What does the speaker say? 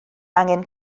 angen